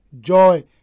joy